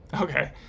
Okay